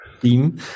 team